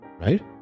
right